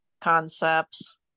concepts